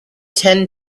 ten